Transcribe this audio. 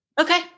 Okay